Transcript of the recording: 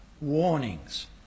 warnings